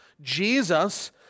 Jesus